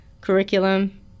curriculum